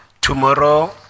Tomorrow